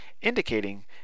indicating